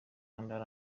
ntara